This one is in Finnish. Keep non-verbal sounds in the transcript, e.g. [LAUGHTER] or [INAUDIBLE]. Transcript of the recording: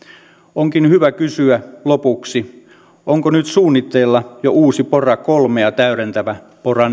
onkin hyvä kysyä lopuksi onko nyt suunnitteilla jo uusi pora kolmea täydentävä pora [UNINTELLIGIBLE]